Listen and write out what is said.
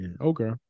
okay